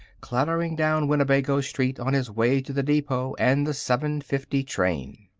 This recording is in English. clattering down winnebago street on his way to the depot and the seven fifty train.